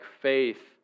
faith